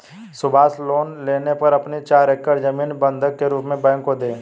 Subhash loan लेने पर अपनी चार एकड़ जमीन बंधक के रूप में बैंक को दें